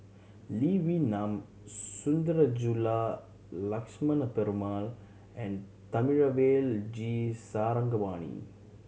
Lee Wee Nam Sundarajulu Lakshmana Perumal and Thamizhavel G Sarangapani